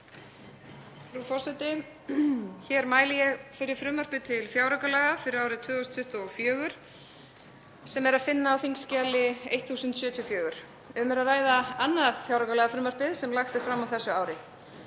forseti. Hér mæli ég fyrir frumvarpi til fjáraukalaga fyrir árið 2024 sem er að finna á þskj. 1074. Um er að ræða annað fjáraukalagafrumvarpið sem lagt er fram á þessu ári.